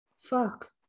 Fuck